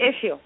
issue